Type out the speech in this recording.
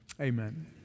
amen